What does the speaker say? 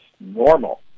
normal